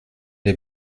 der